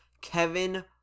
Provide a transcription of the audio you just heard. Kevin